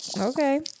okay